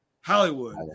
Hollywood